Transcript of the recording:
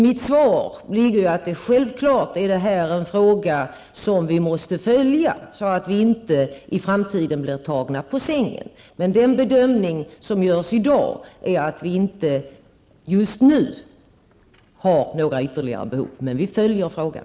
Mitt svar blir nu att detta självfallet är en fråga som vi måste följa så att vi inte i framtiden blir tagna på sängen. Den bedömning som görs i dag är att det inte just nu finns några ytterligare behov, men regeringen följer frågan.